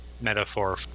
metaphor